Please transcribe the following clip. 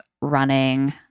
running